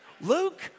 Luke